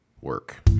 work